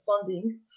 funding